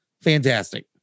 fantastic